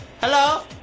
Hello